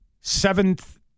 seventh